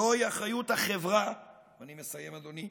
זוהי אחריות החברה, ואני מסיים, אדוני,